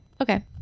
Okay